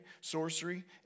sorcery